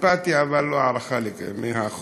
סימפתיה אבל לא הערכה מהחוק.